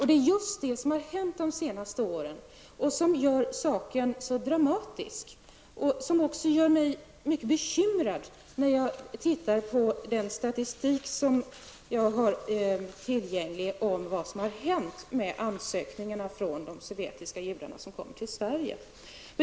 Det är just det som har hänt under de senaste åren, och det är det som gör saken så dramatisk. Jag blir också mycket bekymrad när jag tittar på statistiken över vad som har hänt med ansökningarna från de sovjetiska judar som kommer till Sverige.